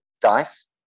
dice